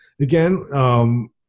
Again